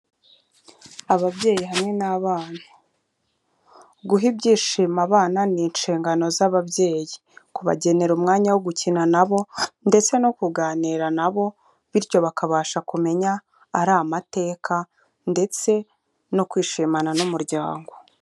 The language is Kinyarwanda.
Ababyeyi hamwe n'abana. Guha ibyishimo abana ni inshingano z'ababyeyi, kubagenera umwanya wo gukina nabo ndetse no kuganira nabo bityo bakabasha kumenya ari amateka ndetse no kwishimana n'umuryango.